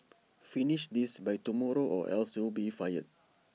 finish this by tomorrow or else you'll be fired